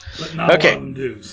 Okay